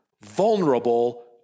vulnerable